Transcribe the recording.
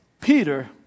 Peter